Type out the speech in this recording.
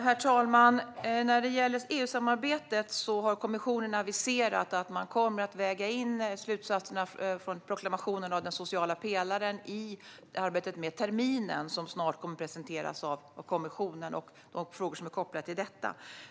Herr talman! När det gäller EU-samarbetet har kommissionen aviserat att man kommer att väga in slutsatserna från proklamationen och den sociala pelaren i arbetet med terminen - som snart kommer att presenteras av kommissionen - och de frågor som är kopplade till detta.